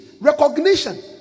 recognition